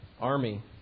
army